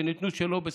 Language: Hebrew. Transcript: שניתנו שלא בסמכות.